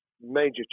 major